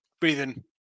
Breathing